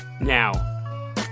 Now